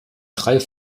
drei